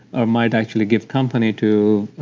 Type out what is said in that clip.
or might actually give company to